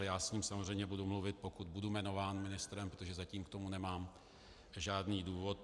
Já s ním samozřejmě budu mluvit, pokud budu jmenován ministrem, protože zatím k tomu nemám žádný důvod.